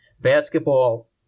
Basketball